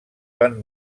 van